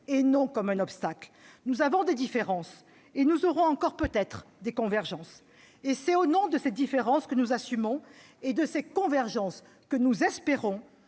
et non comme un obstacle. Nous avons des différences, et nous aurons peut-être encore des convergences. C'est au nom de ces différences que nous assumons et de ces convergences que nous espérons